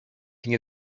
nie